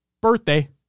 birthday